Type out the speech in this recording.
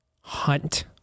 Hunt